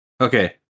Okay